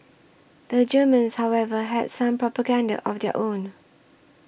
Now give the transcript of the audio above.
the Germans however had some propaganda of their own